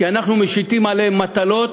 כי אנחנו משיתים עליהן מטלות,